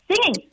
Singing